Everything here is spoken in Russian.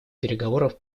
переговоров